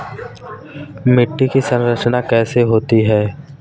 मिट्टी की संरचना कैसे होती है?